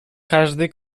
każdy